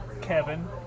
Kevin